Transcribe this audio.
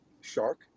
Shark